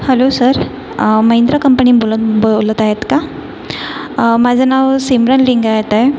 hello sir Mahindra company बोलून बोलत आहेत का माझं नाव सिमरन लिंगायत आहे